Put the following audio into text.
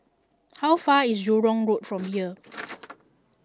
how far away is Jurong Road from here